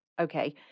Okay